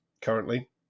currently